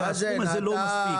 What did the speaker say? כי הסכום הזה לא מספיק.